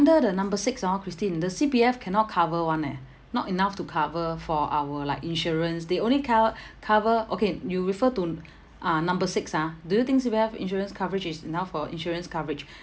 under the number six orh christine the C_P_F cannot cover one eh not enough to cover for our like insurance they only co~ cover okay you refer to uh number six ah do you think C_P_F insurance coverage is enough for insurance coverage